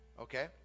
Okay